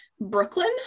Brooklyn